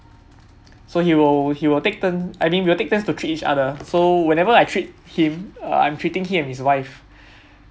so he will he will take turn I think we will take turns to treat each other so whenever I treat him uh I'm treating him and his wife